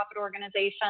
organization